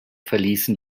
verließen